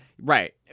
Right